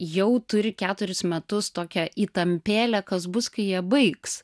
jau turi keturis metus tokią įtampėlę kas bus kai jie baigs